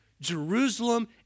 Jerusalem